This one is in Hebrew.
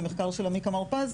זה מחקר של עמיקם הרפז,